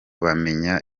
bamenya